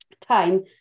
time